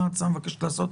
מה ההצעה מבקשת לעשות.